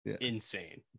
insane